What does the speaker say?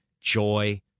joy